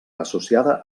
associada